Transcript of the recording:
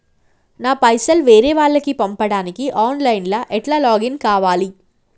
నా పైసల్ వేరే వాళ్లకి పంపడానికి ఆన్ లైన్ లా ఎట్ల లాగిన్ కావాలి?